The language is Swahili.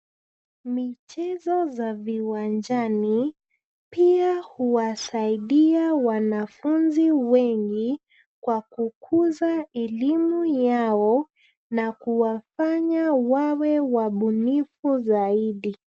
Michezo za viwanjani pia huwasaidia wanafunzi wengi kwa kukuza elimu yao na kuwafanya wawe wabunifu zaidi.